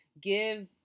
Give